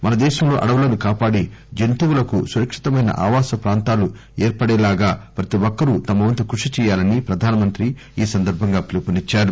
మన దేశంలో అడవులను కాపాడి జంతువులకు సురక్షితమైన ఆవాస ప్రాంతాలు ఏర్పడేలాగా ప్రతి ఒక్కరూ తమవంతు కృషి చేయాలని ప్రధానమంత్రి ఈ సందర్భంగా కోరారు